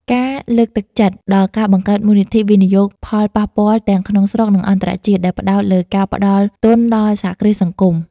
ការលើកទឹកចិត្តដល់ការបង្កើតមូលនិធិវិនិយោគផលប៉ះពាល់ទាំងក្នុងស្រុក និងអន្តរជាតិ ដែលផ្តោតលើការផ្តល់ទុនដល់សហគ្រាសសង្គម ។